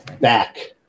back